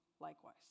likewise